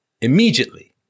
immediately